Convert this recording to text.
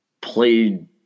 played